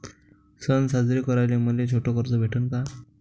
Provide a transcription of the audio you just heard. सन साजरे कराले मले छोट कर्ज भेटन का?